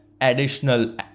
additional